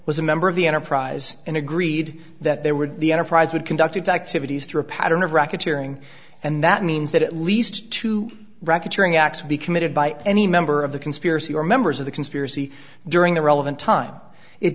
was a member of the enterprise and agreed that there were the enterprise would conduct attacks if it is through a pattern of racketeering and that means that at least two racketeering acts be committed by any member of the conspiracy or members of the conspiracy during the relevant time it